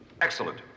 Excellent